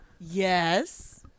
Yes